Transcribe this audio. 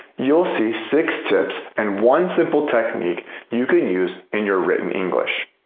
you'll see six tips and one simple technique you can use in your written english.